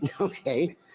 Okay